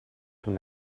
from